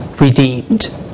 redeemed